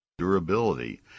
durability